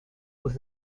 with